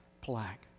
plaque